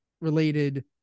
related